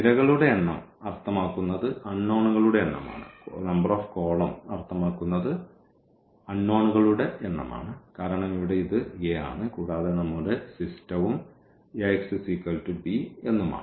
നിരകളുടെ എണ്ണം അർത്ഥമാക്കുന്നത് അൺനോണുകളുടെ എണ്ണമാണ് കാരണം ഇവിടെ ഇത് A ആണ് കൂടാതെ നമ്മുടെ സിസ്റ്റവും Axb എന്നാണ്